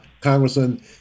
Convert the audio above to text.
Congressman